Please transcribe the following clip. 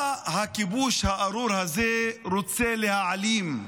מה הכיבוש הארור הזה רוצה להעלים?